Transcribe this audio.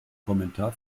kommentar